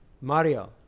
Mario